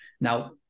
Now